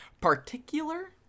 particular